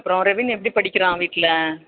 அப்புறம் ரெவின் எப்படி படிக்கிறான் வீட்டில்